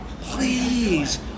Please